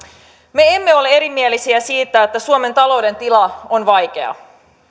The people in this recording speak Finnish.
me emme ole erimielisiä siitä että suomen talouden tila on vaikea